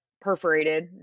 perforated